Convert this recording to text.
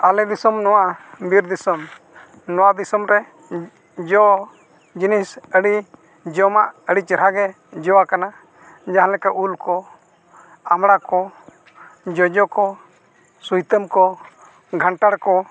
ᱟᱞᱮ ᱫᱤᱥᱚᱢ ᱱᱚᱣᱟ ᱵᱤᱨ ᱫᱤᱥᱚᱢ ᱱᱚᱣᱟ ᱫᱤᱥᱚᱢ ᱨᱮ ᱡᱚ ᱡᱤᱱᱤᱥ ᱟᱹᱰᱤ ᱡᱚᱢᱟᱜ ᱟᱹᱰᱤ ᱪᱮᱦᱨᱟ ᱜᱮ ᱡᱚ ᱟᱠᱟᱱᱟ ᱡᱟᱦᱟᱸ ᱞᱮᱠᱟ ᱩᱞ ᱠᱚ ᱟᱢᱲᱟ ᱠᱚ ᱡᱚᱡᱚ ᱠᱚ ᱥᱩᱭᱛᱟᱹᱢ ᱠᱚ ᱜᱷᱟᱱᱴᱟᱲ ᱠᱚ